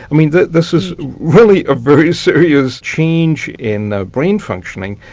i mean this is really a very serious change in brain-functioning.